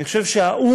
אני חושב שהאו"ם,